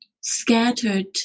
scattered